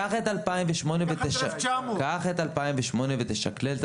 קח את 1900. קח את שנת 2008 ותשכלל את